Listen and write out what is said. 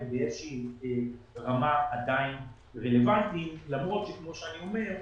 באיזושהי רמה עדיין רלוונטיים למרות שכמו שאני אומר,